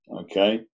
okay